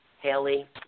Haley